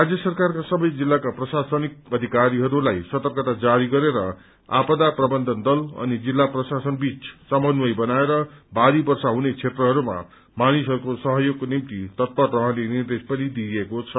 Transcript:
राज्य सरकारका सबै जिल्लाका प्रशासनिक अधिकारीहरूलाई सतर्कता जारी गरेर आपदा प्रबन्धनद ल अनि जिल्ला प्रशासन बीच समन्वय बनाएर भारी वर्षा हुने क्षेत्रहयमा मानिसहरूको सहयोगको निम्ति तत्पर रहने निर्देश पनि दिइएको छ